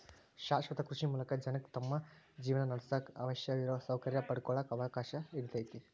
ಶಾಶ್ವತ ಕೃಷಿ ಮೂಲಕ ಜನಕ್ಕ ತಮ್ಮ ಜೇವನಾನಡ್ಸಾಕ ಅವಶ್ಯಿರೋ ಸೌಕರ್ಯ ಪಡ್ಕೊಳಾಕ ಅವಕಾಶ ಇರ್ತೇತಿ